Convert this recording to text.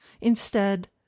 Instead